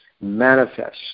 manifest